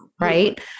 right